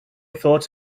thought